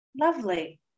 Lovely